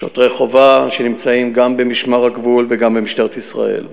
שוטרי חובה שנמצאים גם במשמר הגבול וגם במשטרת ישראל.